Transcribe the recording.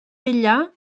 ella